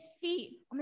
feet